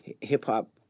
hip-hop